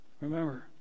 Remember